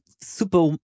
super